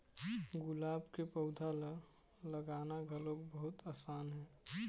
गुलाब के पउधा ल लगाना घलोक बहुत असान हे